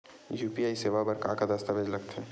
UPI सेवा बर का का दस्तावेज लगथे?